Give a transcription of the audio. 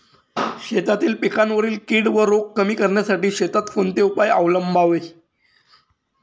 शेतातील पिकांवरील कीड व रोग कमी करण्यासाठी शेतात कोणते उपाय अवलंबावे?